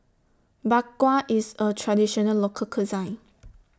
Bak Kwa IS A Traditional Local Cuisine